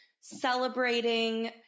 celebrating